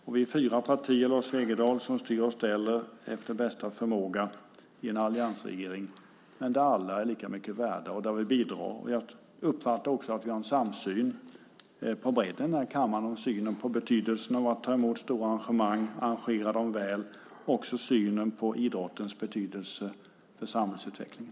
Vi är fyra partier, Lars Wegendal, som styr och ställer efter bästa förmåga i en alliansregering men där alla är lika mycket värda och där vi bidrar. Jag uppfattar också att vi har en samsyn på bredden i kammaren när det gäller betydelsen av att ta emot stora arrangemang och arrangera dem väl. Det gäller också synen på idrottens betydelse för samhällsutvecklingen.